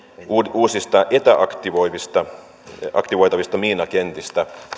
uusista etäaktivoitavista etäaktivoitavista miinakentistä